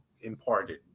imparted